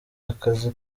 akazi